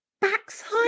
backside